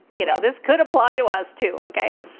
you know, this could apply to us too, okay.